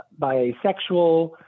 bisexual